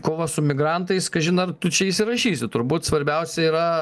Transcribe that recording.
kova su migrantais kažin ar tu čia įsirašysi turbūt svarbiausia yraž